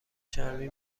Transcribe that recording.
چرمی